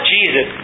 Jesus